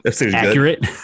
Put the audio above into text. accurate